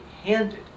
handed